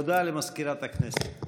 הודעה למזכירת הכנסת.